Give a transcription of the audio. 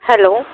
hello